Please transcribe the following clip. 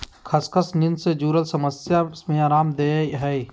खसखस नींद से जुरल समस्या में अराम देय हइ